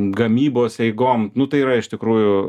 gamybos eigom nu tai yra iš tikrųjų